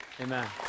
Amen